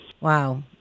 Wow